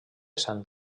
sant